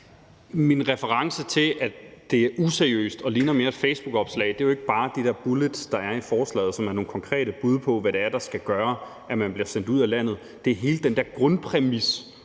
Min reference til, at det er useriøst og mere ligner et facebookopslag, er jo ikke bare de der bullets, der er i forslaget, som er nogle konkrete bud på, hvad det er, der skal gøre, at man bliver sendt ud af landet. Det er hele den der grundpræmis